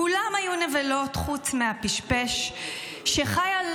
כולם היו נבלות חוץ מהפשפש שחי על